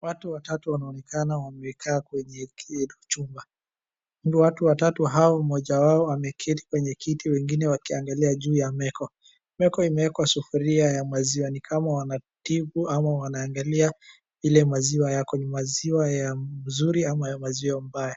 Watu watatu wanaonekana wamekaa kwenye, chumba. Watu watatu hao mmoja wao ameketi kwenye kiti wengine wakiangalia juu ya meko. Meko imeekwa sufuria ya maziwa. Ni kama wanatibu au wanaangalia ile maziwa yako, ni maziwa ya mzuri au maziwa mbaya.